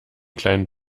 kleinen